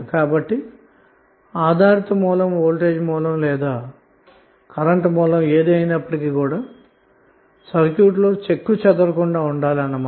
కాబట్టి ఆధారిత voltage current source లు అన్నవి సర్క్యూట్లో చెక్కుచెదరకుండా అలాగే ఉండాలి అన్న మాట